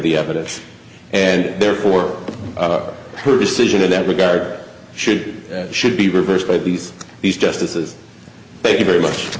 the evidence and therefore her decision in that regard should should be reversed by these these justices they very much